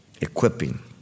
equipping